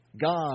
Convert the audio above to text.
God